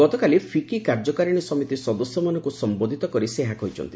ଗତକାଲି ଫିକି କାର୍ଯ୍ୟକାରିଣୀ ସମିତି ସଦସ୍ୟମାନଙ୍କୁ ସମ୍ବୋଧିତ କରି ସେ ଏହା କହିଛନ୍ତି